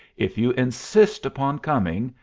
if you insist upon coming,